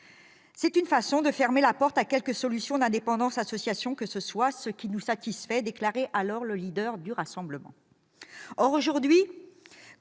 C'est une façon de fermer la porte à quelque solution d'indépendance-association que ce soit, ce qui nous satisfait », déclarait alors le leader de ce parti.